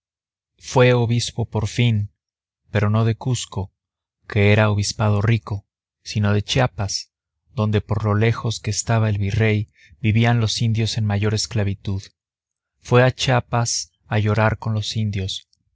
fue obispo por fin pero no de cusco que era obispado rico sino de chiapas donde por lo lejos que estaba el virrey vivían los indios en mayor esclavitud fue a chiapas a llorar con los indios